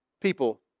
people